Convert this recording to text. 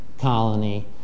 colony